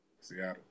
Seattle